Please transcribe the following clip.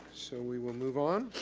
so we will move on.